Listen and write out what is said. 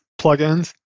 plugins